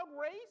race